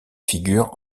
figurent